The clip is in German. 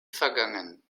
vergangen